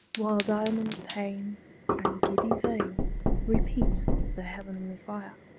while diamond-pane and giddy vane repeat the heavenly fire.